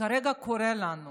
שכרגע קורה לנו